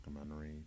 documentary